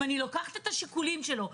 אם אני לוקחת את השיקולים שלו,